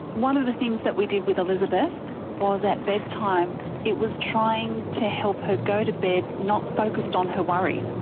one of the things that we did with elizabeth was at bedtime it was trying to help her go to bed not focused on her worries.